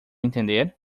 entender